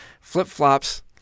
flip-flops